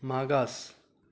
मागास